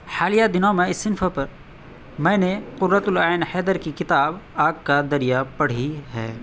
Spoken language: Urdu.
حالیہ دنوں میں اس صنف پر میں نے قرۃ العین حیدر کی کتاب آگ کا دریا پڑھی ہے